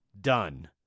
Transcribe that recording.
done